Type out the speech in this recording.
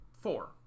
Four